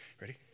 Ready